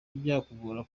byakugora